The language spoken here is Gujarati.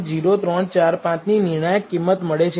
0345 ની નિર્ણાયક કિંમત મળે છે